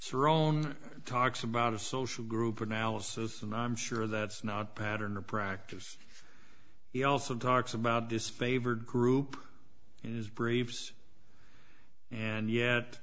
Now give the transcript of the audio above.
orona talks about a social group analysis and i'm sure that's not pattern or practice he also talks about this favored group is braves and yet